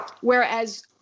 Whereas